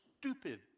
stupid